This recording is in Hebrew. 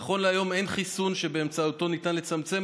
נכון להיום אין חיסון שבאמצעותו ניתן לצמצם